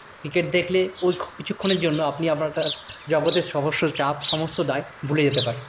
cricket দেখলে ওই খ কিছুক্ষণের জন্য আপনি আপনার জগতের সহস্র চাপ সমস্ত দায় ভুলে যেতে পারেন